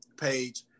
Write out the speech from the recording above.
page